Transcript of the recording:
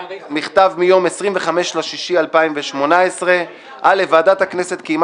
מכתב מיום 26 ליוני 2018. "ועדת הכנסת קיימה